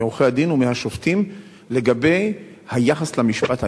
מעורכי-הדין ומהשופטים לגבי היחס למשפט העברי?